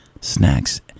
snacks